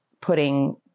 putting